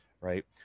right